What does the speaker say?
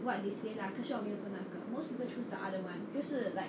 what they say lah 可是我没有选哪个 most people choose the other one 就是 like